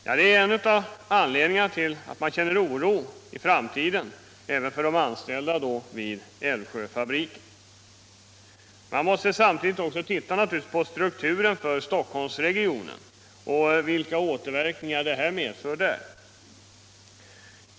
Det är en av anledningarna till att man känner oro inför framtiden även för de anställda vid Älvsjöfabriken. Man måste naturligtvis samtidigt titta på strukturen för Stockholmsregionen och på vilka återverkningar detta får där.